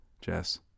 Jess